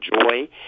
joy